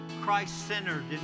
Christ-centered